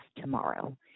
tomorrow